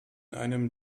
einem